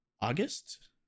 August